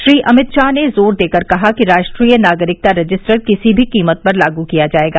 श्री अमित शाह ने जोर देकर कहा कि राष्ट्रीय नागरिकता रजिस्टर किसी भी कीमत पर लागू किया जाएगा